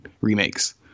remakes